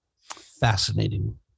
Fascinating